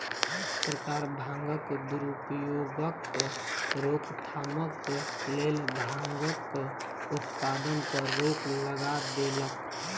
सरकार भांगक दुरुपयोगक रोकथामक लेल भांगक उत्पादन पर रोक लगा देलक